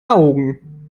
augen